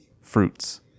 fruits